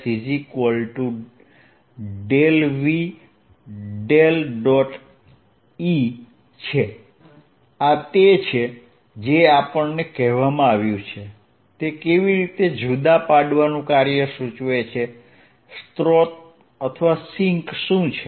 ds V ∇E છે આ તે છે જે આપણને કહેવામાં આવ્યું છે તે કેવી રીતે જુદા પાડવાનું કાર્ય સૂચવે છે સ્રોત અથવા સિંક શું છે